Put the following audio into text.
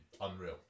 unreal